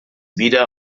wieder